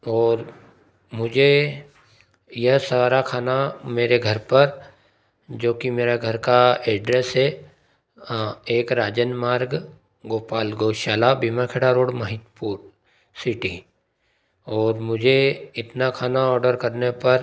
और मुझे यह सारा खाना मेरे घर पर जोकि मेरे घर का एड्रेस है एक राजन मार्ग गोपाल गौशाला बीमाखेड़ा रोड महिदपुर सिटी और मुझे इतना खाना ऑडर करने पर